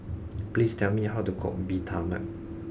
please tell me how to cook Bee Tai Mak